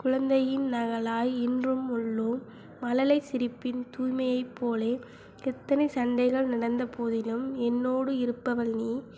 குழந்தையின் நகலாய் இன்றும் உள்ளோம் மழலை சிரிப்பின் தூய்மையைப் போலே எத்தனை சண்டைகள் நடந்த போதிலும் என்னோடு இருப்பவள் நீ